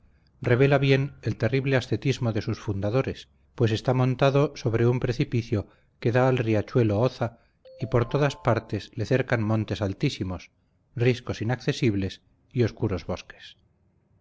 revela bien el terrible ascetismo de sus fundadores pues está montado sobre un precipicio que da al riachuelo oza y por todas partes le cercan montes altísimos riscos inaccesibles y oscuros bosques